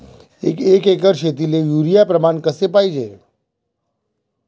एक एकर शेतीले युरिया प्रमान कसे पाहिजे?